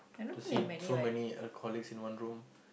to see so many alcoholics in one room